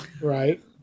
Right